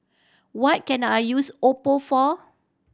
what can I use Oppo for